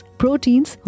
proteins